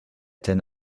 ten